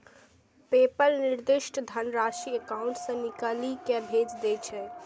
PayPal निर्दिष्ट धनराशि account सं निकालि कें भेज दै छै